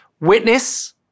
witness